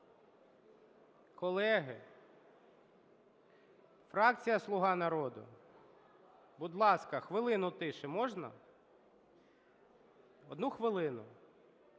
Колеги! Фракція "Слуга народу", будь ласка, хвилину тиші, можна? Одну хвилину.